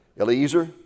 Eliezer